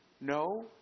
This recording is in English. No